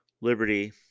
liberty